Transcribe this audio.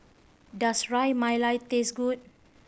does Ras Malai taste good